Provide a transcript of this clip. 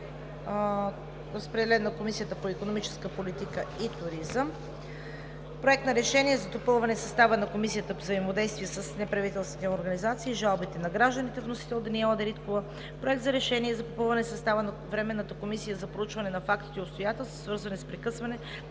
Разпределен е на Комисията по икономическата политика и туризъм. Проект на решение за допълване състава на Комисията по взаимодействие с неправителствените организации и жалбите на гражданите. Вносител e Даниела Дариткова. Проект на решение за попълване състава на Временната комисия за проучване на фактите и обстоятелствата, свързани с прекъсване